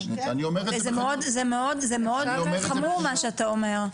זה מאוד חמור מה שאתה אומר.